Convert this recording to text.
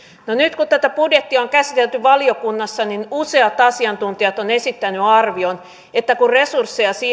no nyt kun tätä budjettia on käsitelty valiokunnassa niin useat asiantuntijat ovat esittäneet arvion että kun resursseja siirretään